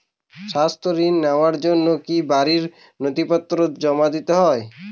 স্বাস্থ্য ঋণ নেওয়ার জন্য কি বাড়ীর নথিপত্র জমা দিতেই হয়?